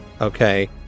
okay